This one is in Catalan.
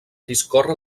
discorre